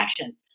action